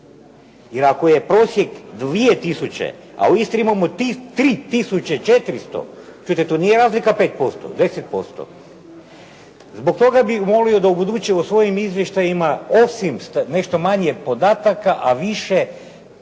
Jer ako je prosjek 2 tisuće, a u Istri imamo 3 tisuće 400, čujte to nije razlika 5%, 10%. Zbog toga bih molio da ubuduće o svojim izvještajima osim nešto manje podataka, a više